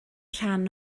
rhan